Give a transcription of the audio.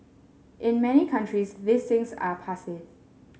in many countries these things are passe